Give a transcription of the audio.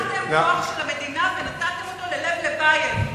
לקחתם כוח של המדינה ונתתם אותו ללב לבייב.